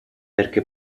perché